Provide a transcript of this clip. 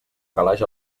calaix